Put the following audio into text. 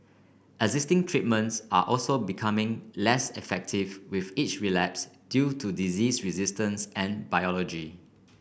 existing treatments also becoming less effective with each relapse due to disease resistance and biology